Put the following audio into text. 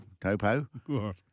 Topo